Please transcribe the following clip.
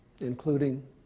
including